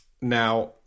Now